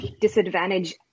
disadvantage